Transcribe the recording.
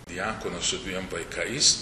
diakonas su dviem vaikais